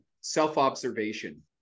self-observation